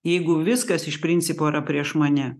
jeigu viskas iš principo yra prieš mane